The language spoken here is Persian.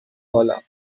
بالا